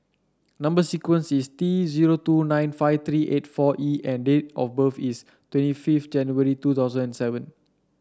number sequence is T zero two nine five three eight four E and date of birth is twenty fifth January two thousand and seven